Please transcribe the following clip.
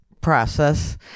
process